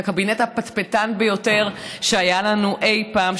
הקבינט הפטפטן ביותר שהיה פה אי פעם,